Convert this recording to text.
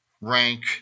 rank